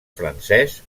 francès